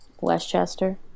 Westchester